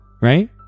right